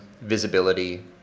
visibility